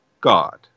God